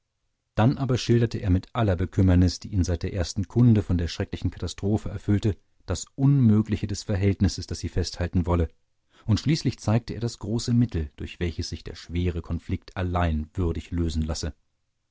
dann aber schilderte er mit aller bekümmernis die ihn seit der ersten kunde von der schrecklichen katastrophe erfüllte das unmögliche des verhältnisses das sie festhalten wolle und schließlich zeigte er das große mittel durch welches sich der schwere konflikt allein würdig lösen lasse